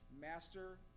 master